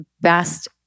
best